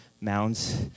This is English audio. mounds